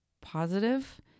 positive